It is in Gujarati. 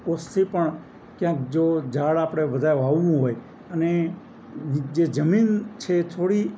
ઓસથી પણ ક્યાંક જો ઝાડ આપણે બધા વાવવું હોય અને જે જમીન છે થોડી